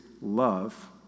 love